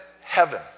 heaven